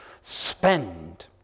spend